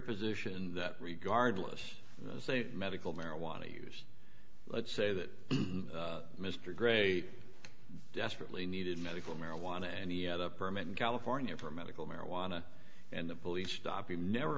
position that regardless of say medical marijuana use let's say that mr gray desperately needed medical marijuana and he had a permit in california for medical marijuana and the police dopy never